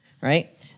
right